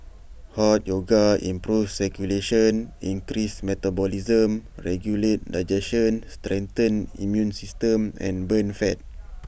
hot yoga improves circulation increases metabolism regulates digestion strengthens the immune system and burns fat